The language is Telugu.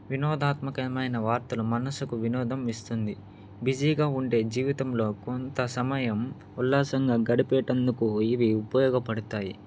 వినోదాత్మకయమైన వార్తలు మనసుకు వినోదం ఇస్తుంది బిజీగా ఉండే జీవితంలో కొంత సమయం ఉల్లాసంగా గడిపేటందుకు ఇవి ఉపయోగపడతాయి